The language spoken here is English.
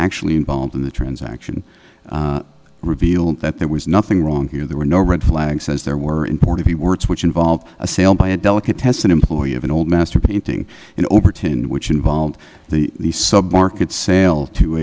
actually involved in the transaction revealed that there was nothing wrong here there were no red flags as there were import of the words which involved a sale by a delicatessen employee of an old master painting in overton which involved the sub market sale to